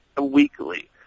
weekly